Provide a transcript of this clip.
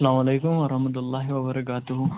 سلام علیکُم وَرحمتُہ اللہِ وَبَرَکاتہ